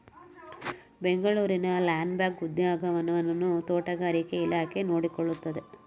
ಬೆಂಗಳೂರಿನ ಲಾಲ್ ಬಾಗ್ ಉದ್ಯಾನವನವನ್ನು ತೋಟಗಾರಿಕೆ ಇಲಾಖೆ ನೋಡಿಕೊಳ್ಳುತ್ತದೆ